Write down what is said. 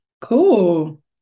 Cool